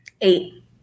Eight